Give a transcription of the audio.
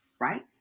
Right